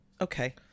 okay